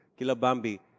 kilabambi